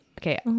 Okay